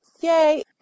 yay